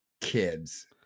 kids